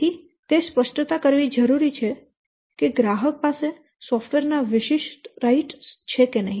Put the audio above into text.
તેથી તે સ્પષ્ટતા કરવી જરૂરી છે કે ગ્રાહક પાસે સોફ્ટવેર ના વિશિષ્ટ રાઈટ્સ છે કે નહીં